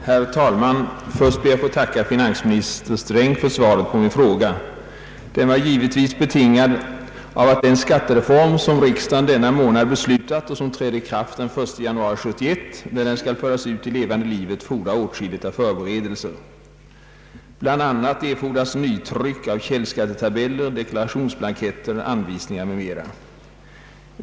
Herr talman! Först ber jag att få tacka finansminister Sträng för svaret på min fråga. Den var givetvis föranledd av den skattereform som riksdagen denna månad beslutat och som träder i kraft den 1 januari 1971. Innan reformen förs ut i levande livet fordras åtskilligt av förberedelsearbete, bl.a. nytryck av källskattetabeller, deklarationsblanketter, anvisningar m.m.